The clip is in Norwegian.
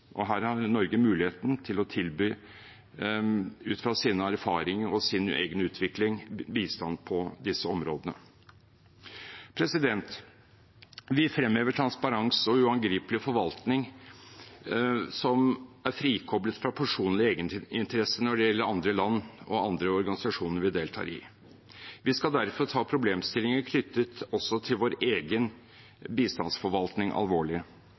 har muligheten til å tilby, ut fra sin erfaring og sin egen utvikling, bistand på disse områdene. Vi fremhever transparens og uangripelig forvaltning som er frikoblet fra personlig egeninteresse, når det gjelder andre land og andre organisasjoner vi deltar i. Vi skal derfor ta problemstillinger knyttet også til vår egen bistandsforvaltning,